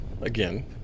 again